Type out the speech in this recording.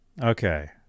Okay